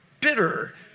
bitter